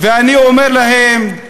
ואני אומר להם,